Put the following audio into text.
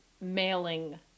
mailing